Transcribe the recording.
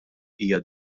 hija